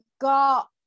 got